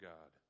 God